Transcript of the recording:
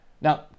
Now